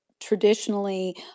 traditionally